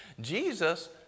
Jesus